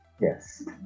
Yes